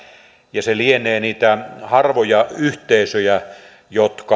ja se lienee niitä harvoja yhteisöjä jotka